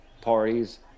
parties